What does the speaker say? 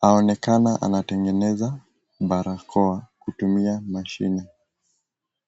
Aonekana anatengeneza barakoa kutumia mashine.